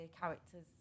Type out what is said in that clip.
characters